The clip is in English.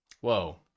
Whoa